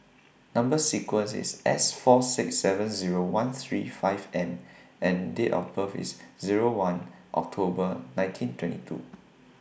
Number sequence IS S four six seven Zero one three five M and Date of birth IS Zero one October nineteen twenty two